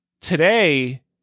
today